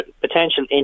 potential